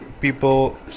people